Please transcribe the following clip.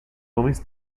homens